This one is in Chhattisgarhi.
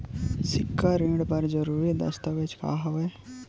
सिक्छा ऋण बर जरूरी दस्तावेज का हवय?